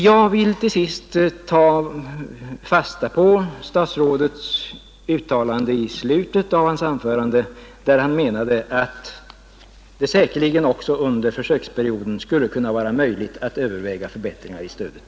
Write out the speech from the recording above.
Jag vill till sist ta fasta på statsrådets uttalande i slutet av hans anförande att det säkerligen också under försöksperioden skulle vara möjligt att överväga förbättringar i stödet.